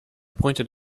pointed